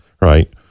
right